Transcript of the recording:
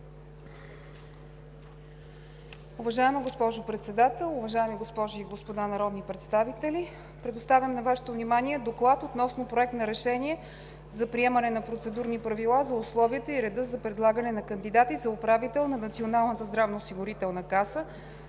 Уважаема госпожо Председател, уважаеми госпожи и господа народни представители! Предоставям на Вашето внимание: „ДОКЛАД относно проект на Решение за приемане на процедурни правила за условията и реда за предлагане на кандидати за управител на Националната здравноосигурителна каса,